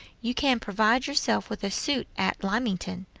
you can provide yourself with a suit at lymington.